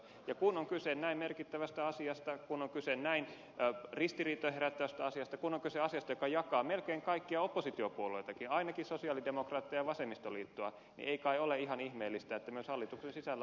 ja kun on kyse näin merkittävästä asiasta ja kun on kyse näin ristiriitoja herättävästä asiasta kun on kyse asiasta joka jakaa melkein kaikkia oppositiopuolueitakin ainakin sosialidemokraatteja ja vasemmistoliittoa niin ei kai ole ihan ihmeellistä että myös hallituksen sisällä voi olla erilaisia näkemyksiä